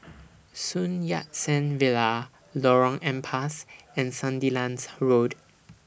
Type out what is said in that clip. Sun Yat Sen Villa Lorong Ampas and Sandilands Road